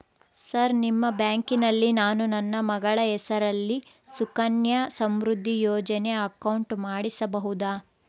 Sir ನಿಮ್ಮ ಬ್ಯಾಂಕಿನಲ್ಲಿ ನಾನು ನನ್ನ ಮಗಳ ಹೆಸರಲ್ಲಿ ಸುಕನ್ಯಾ ಸಮೃದ್ಧಿ ಯೋಜನೆ ಅಕೌಂಟ್ ಮಾಡಿಸಬಹುದಾ?